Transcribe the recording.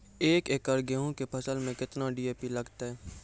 एक एकरऽ गेहूँ के फसल मे केतना डी.ए.पी लगतै?